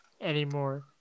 anymore